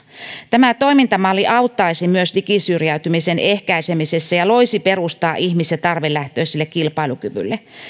tämä toimintamalli auttaisi myös digisyrjäytymisen ehkäisemisessä ja loisi perustaa ihmis ja tarvelähtöiselle kilpailukyvylle